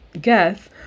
guess